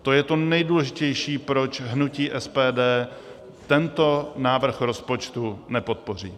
To je to nejdůležitější proč hnutí SPD tento návrh rozpočtu nepodpoří.